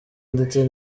ndetse